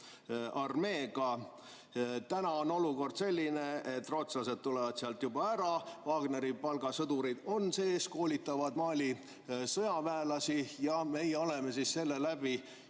armeega. Täna on olukord selline, et rootslased tulevad sealt juba ära, Wagneri palgasõdurid on sees, koolitavad Mali sõjaväelasi, ja meie oleme selle läbi